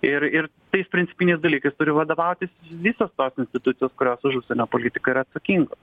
ir ir tais principiniais dalykais turi vadovautis visos tos institucijos kurios už užsienio politiką yra atsakingos